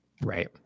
Right